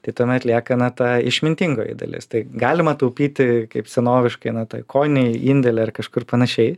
tai tuomet lieka na ta išmintingoji dalis tai galima taupyti kaip senoviškai na toj kojinėj indėly ar kažkur panašiai